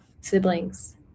siblings